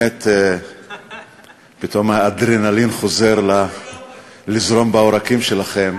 פתאום האדרנלין חוזר לזרום בעורקים שלכם,